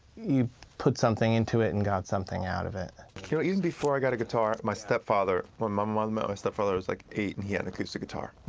you put something into it, and got something out of it? even before i got a guitar, my stepfather when my mother my stepfather, i was like eight, and he had an acoustic guitar.